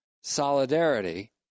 solidarity